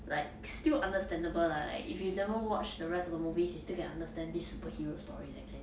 like still understandable lah like if you've never watched the rest of the movies you still can understand this superhero story that kind